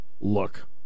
look